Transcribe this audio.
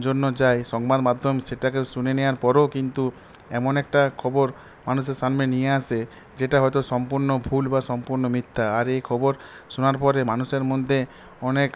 জন্য যায় সংবাদমাধ্যম সেটাকে শুনে নেওয়ার পরেও কিন্তু এমন একটা খবর মানুষের সামনে নিয়ে আসে যেটা হয়তো সম্পূর্ণ ভুল বা সম্পূর্ণ মিথ্যা আর এই খবর শোনার পরে মানুষের মধ্যে অনেক